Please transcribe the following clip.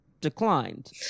declined